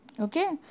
Okay